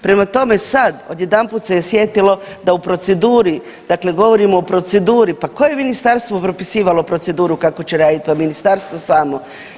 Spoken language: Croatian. Prema tome, sad odjedanput se je sjetilo da u proceduri, dakle govorimo o proceduri, pa tko je ministarstvu propisivalo proceduru kako će radit, pa ministarstvo samo.